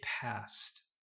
past